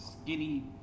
skinny